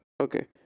okay